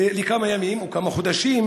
בכמה ימים או כמה חודשים,